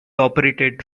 operated